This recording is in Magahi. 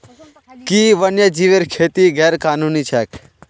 कि वन्यजीवेर खेती गैर कानूनी छेक?